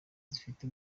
zifite